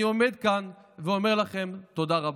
אני עומד כאן ואומר לכם: תודה רבה.